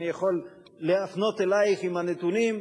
אני יכול להפנות אלייך את הנתונים,